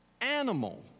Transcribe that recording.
animal